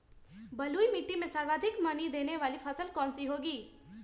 बलुई मिट्टी में सर्वाधिक मनी देने वाली फसल कौन सी होंगी?